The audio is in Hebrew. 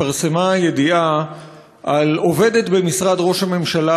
התפרסמה ידיעה על עובדת במשרד ראש הממשלה